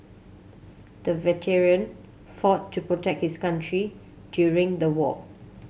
the veteran fought to protect his country during the war